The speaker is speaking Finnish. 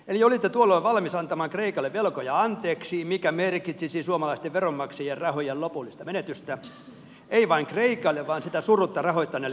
eli olitte tuolloin valmis antamaan kreikalle velkoja anteeksi mikä merkitsisi suomalaisten veronmaksajien rahojen lopullista menetystä ei vain kreikalle vaan sitä surutta rahoittaneille pankeillekin